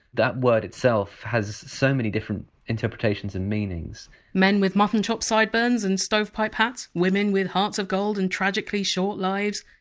that word itself has so many different interpretations and meanings men with mutton chop sideburns and stovepipe hats, women with hearts of gold and tragically short lives?